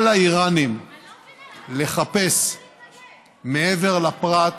מה לאיראנים לחפש מעבר לפרת,